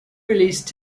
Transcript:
released